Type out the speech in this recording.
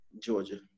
Georgia